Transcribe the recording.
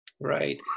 Right